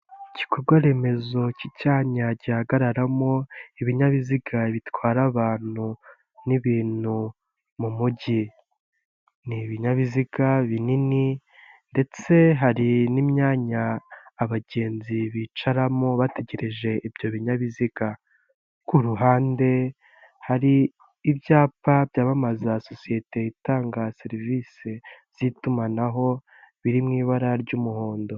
Igikorwaremezo cy'icyanya gihagararamo ibinyabiziga bitwara abantu n'ibintu mu mujyi. Ni ibinyabiziga binini ndetse hari n'imyanya abagenzi bicaramo bategereje ibyo binyabiziga. Ku ruhande hari ibyapa byamamaza sosiyete itanga serivisi z'itumanaho, biri mu ibara ry'umuhondo.